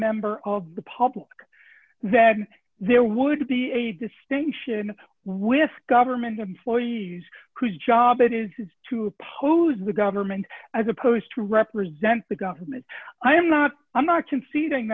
member of the public then there would be a distinction with government employees could job it is to oppose the government as opposed to represent the government i am not i'm not conceding